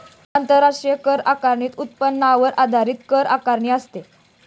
आंतरराष्ट्रीय कर आकारणीत उत्पन्नावर आधारित कर आकारणी असते